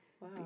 Wow